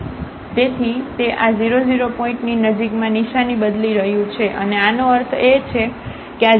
તેથી તે આ 00 પોઇન્ટની નજીકમાં નિશાની બદલી રહ્યું છે અને આનો અર્થ એ કે આ 00 એક સેડલપોઇન્ટ છે